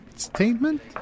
Statement